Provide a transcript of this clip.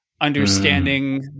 understanding